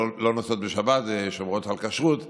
לא נוסעות בשבת ושומרות על כשרות,